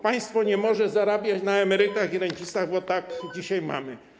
Państwo nie może zarabiać na emerytach i rencistach, bo tak dzisiaj mamy.